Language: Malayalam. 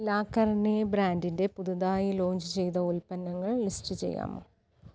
ലാ കർനെ ബ്രാൻഡിന്റെ പുതുതായി ലോഞ്ച് ചെയ്ത ഉൽപ്പന്നങ്ങൾ ലിസ്റ്റ് ചെയ്യാമോ